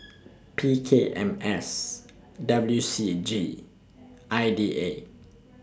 P K M S W C G I D A